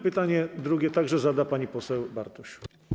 Pytanie drugie także zada pani poseł Bartuś.